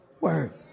word